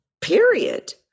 Period